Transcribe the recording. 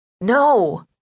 No